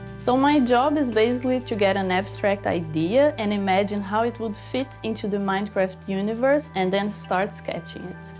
so my job is basically to get an abstract idea and imagine how it would fit into the minecraft universe, and then start sketching it.